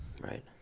Right